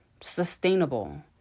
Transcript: sustainable